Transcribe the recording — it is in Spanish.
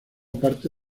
parte